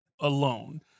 alone